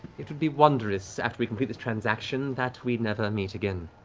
it would be wondrous after we complete this transaction that we never meet again.